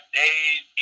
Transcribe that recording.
days